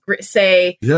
say